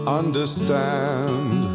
understand